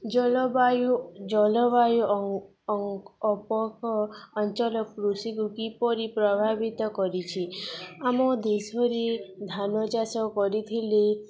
ଜଳବାୟୁ ଜଳବାୟୁ ଅପୋକ ଅଞ୍ଚଳ କୃଷିକୁ କିପରି ପ୍ରଭାବିତ କରିଛି ଆମ ଦେଶରେ ଧାନ ଚାଷ କରିଥିଲେ